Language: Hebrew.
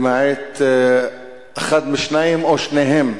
למעט אחד משניים או שניהם: